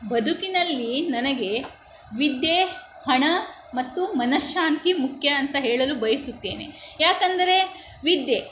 ಬದುಕಿನಲ್ಲಿ ನನಗೆ ವಿದ್ಯೆ ಹಣ ಮತ್ತು ಮನಃಶಾಂತಿ ಮುಖ್ಯ ಅಂತ ಹೇಳಲು ಬಯಸುತ್ತೇನೆ ಯಾಕೆಂದರೆ ವಿದ್ಯೆ